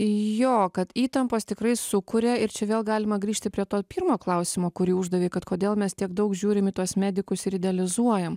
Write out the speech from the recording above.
jo kad įtampos tikrai sukuria ir čia vėl galima grįžti prie to pirmo klausimo kurį uždavei kad kodėl mes tiek daug žiūrim į tuos medikus ir idealizuojam